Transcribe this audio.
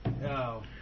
No